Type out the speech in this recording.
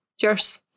Cheers